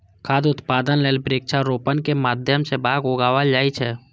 खाद्य उत्पादन लेल वृक्षारोपणक माध्यम सं बाग लगाएल जाए छै